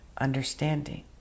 understanding